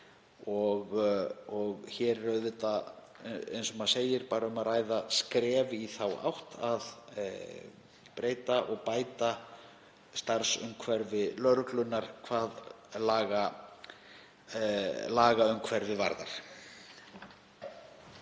og hér er, eins og maður segir, bara um að ræða skref í þá átt að breyta og bæta starfsumhverfi lögreglunnar hvað lagaumhverfið varðar.